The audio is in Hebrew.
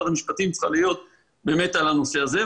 המשפטים צריכה להיות באמת על הנושא הזה,